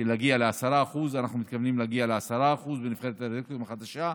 להגיע ל-10% אנחנו מתכוונים להגיע ל-10% בנבחרת הדירקטורים החדשה.